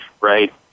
right